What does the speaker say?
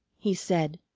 he said,